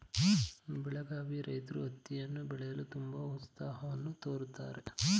ಬೆಳಗಾವಿ ರೈತ್ರು ಹತ್ತಿಯನ್ನು ಬೆಳೆಯಲು ತುಂಬಾ ಉತ್ಸಾಹವನ್ನು ತೋರುತ್ತಾರೆ